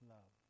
Love